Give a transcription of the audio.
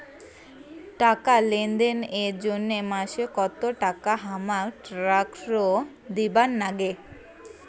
টাকা লেনদেন এর জইন্যে মাসে কত টাকা হামাক ট্যাক্স দিবার নাগে?